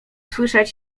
słyszeć